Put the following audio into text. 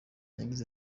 yagize